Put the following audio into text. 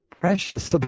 precious